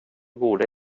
goda